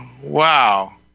wow